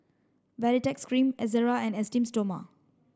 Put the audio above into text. Baritex cream Ezerra and Esteem Stoma